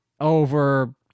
over